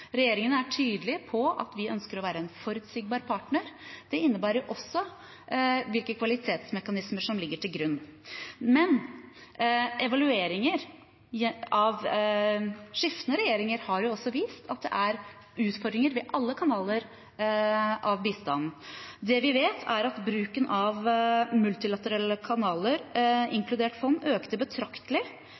Regjeringen er tydelig på at vi ønsker å være en forutsigbar partner. Det innebærer også hvilke kvalitetsmekanismer som ligger til grunn. Men evalueringer av skiftende regjeringer har også vist at det er utfordringer ved alle kanaler av bistanden. Det vi vet, er at bruken av multilaterale kanaler, inkludert fond, økte betraktelig